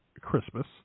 Christmas